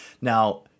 Now